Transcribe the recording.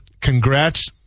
congrats